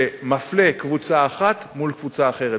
שמפלה קבוצה אחת מול קבוצה אחרת.